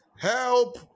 help